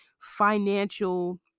financial